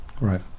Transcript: right